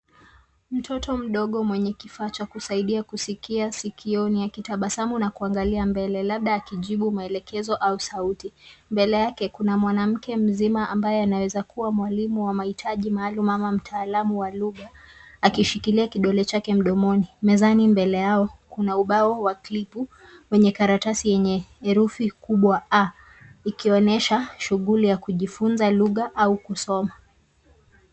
Mtoto mdogo mwenye kifaa cha kusaidia kusikia sikioni akitabasamu na kuangalia mbele labda akijibu maelekezo au sauti. Mbele yake kuna mwanamke mzima ambaye anaweza kuwa mwalimu wa mahitaji maalumu ama mtaalamu wa lugha akishikilia kidole chake mdomoni. Mezani mbele yao, kuna ubao wa klipu kwenye karatasi yenye herufi kubwa A ikionyesha shughuli ya kujifunza lugha au kusoma.